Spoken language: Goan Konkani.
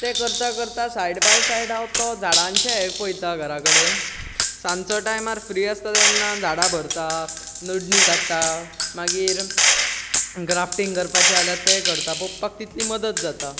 तें करतां करतां सायड बाय सायड हांव तो झाडांचें हे पळयतां घरा कडेन सांजचो टायमार फ्री आसता तेन्ना झाडां भरता नडणी काडटा मागीर ग्राफ्टींग करपाचें आसल्यार तें करता पप्पाक तितली मदत जाता